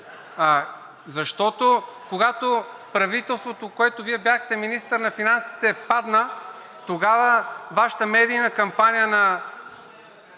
Защото, когато правителството, на което Вие бяхте министър на финансите, падна, тогава Вашата медийна компания на